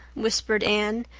whispered anne,